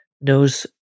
knows